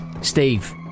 Steve